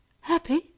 Happy